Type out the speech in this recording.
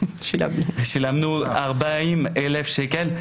שילמנו 40,000 שקל.